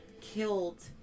killed